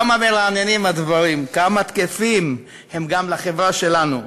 כמה מרעננים הדברים, כמה תקפים הם גם לחברה שלנו.